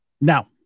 Now